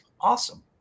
awesome